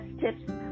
tips